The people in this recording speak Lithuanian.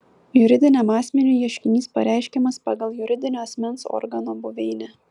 juridiniam asmeniui ieškinys pareiškiamas pagal juridinio asmens organo buveinę